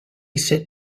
sit